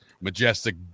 majestic